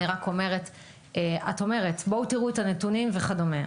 את אומרת בואו תראו את הנתונים וכדומה.